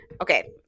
Okay